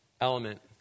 element